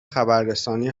خبررسانی